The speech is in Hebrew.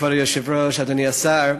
כבוד היושב-ראש, אדוני השר,